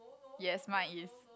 yes my is